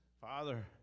Father